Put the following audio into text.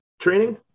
training